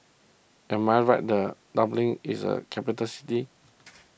am I right that Dublin is a capital city